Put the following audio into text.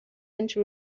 into